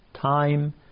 time